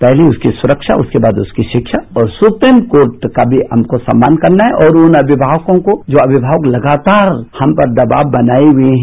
पहली उसकी सुरक्षा उसके बाद उसकी रिश्ना और सुप्रीम कोर्ट का मी हमको सम्मान करना है और उन अभिभावकों को जो अभिभावक लगातार रूम पर दबाव बनाए हुए है